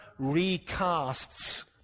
recasts